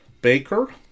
baker